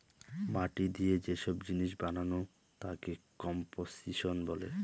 মাটি দিয়ে যে সব জিনিস বানানো তাকে কম্পোসিশন বলে